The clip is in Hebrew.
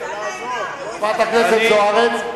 חברת הכנסת אורית זוארץ,